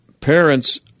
parents